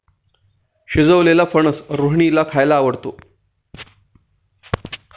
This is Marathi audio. शिजवलेलेला फणस रोहिणीला खायला आवडतो